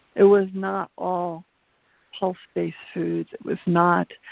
it was not all pulse-based foods, it was not,